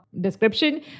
description